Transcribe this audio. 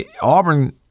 Auburn –